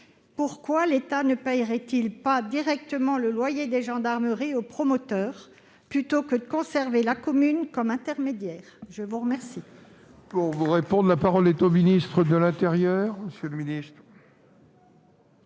Pourquoi l'État ne payerait-il pas directement le loyer des gendarmeries aux promoteurs plutôt que de conserver la commune comme intermédiaire ? La parole